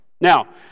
Now